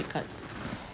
cards